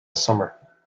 summer